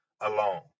alone